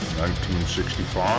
1965